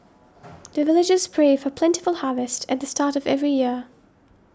the villagers pray for plentiful harvest at the start of every year